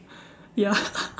ya